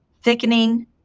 thickening